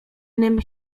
nym